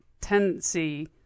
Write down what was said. tendency